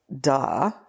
duh